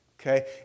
Okay